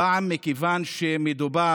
הפעם, מכיוון שמדובר